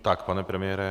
Tak, pane premiére.